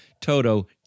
Toto